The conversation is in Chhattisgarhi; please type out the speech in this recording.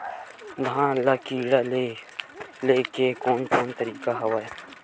धान ल कीड़ा ले के कोन कोन तरीका हवय?